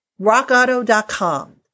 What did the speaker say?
rockauto.com